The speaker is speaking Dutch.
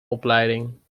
opleiding